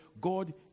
God